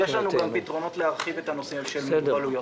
יש לנו גם פתרונות להרחיב את הנושא של מוגבלויות.